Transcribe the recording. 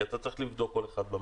כי אתה צריך לבדוק כל אחד במחשב,